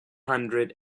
hundred